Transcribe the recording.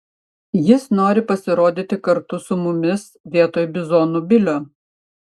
jis nori pasirodyti kartu su mumis vietoj bizonų bilio